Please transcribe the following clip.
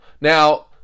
Now